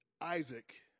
Isaac